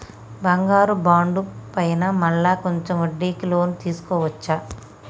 బంగారు బాండు పైన మళ్ళా కొంచెం వడ్డీకి లోన్ తీసుకోవచ్చా?